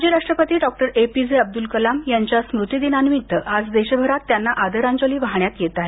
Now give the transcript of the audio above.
माजी राष्ट्रपती Dr A P J Abdul Kalam यांच्या स्मृतिदिनानिमित्त आज देशभरात त्यांना आदरांजली वाहण्यात येत आहे